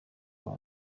kwa